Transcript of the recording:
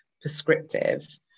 prescriptive